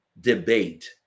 debate